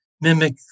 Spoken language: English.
mimic